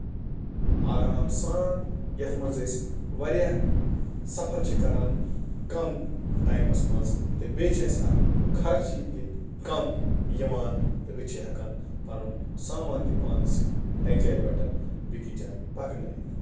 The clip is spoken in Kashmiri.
آرام سان یَتھ منٛز أسۍ واریاہ سَفر چھِ کران کَم ٹایمَس منٛز تہٕ بیٚیہِ چھُ اَسہِ اَتھ خرچہٕ تہٕ کَم یِوان تہٕ أسۍ چھِ ہٮ۪کان پَنُن سامان تہِ پانَس سۭتۍ اَکہِ جایہِ پٮ۪ٹھ بیٚیہِ کہِ جایہِ پَکناوِتھ